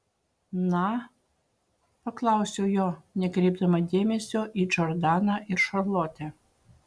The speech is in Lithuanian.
na paklausiau jo nekreipdama dėmesio į džordaną ir šarlotę